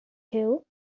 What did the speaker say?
too